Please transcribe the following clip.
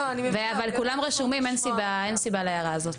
אבל כולם רשומים, אין סיבה להערה הזאת.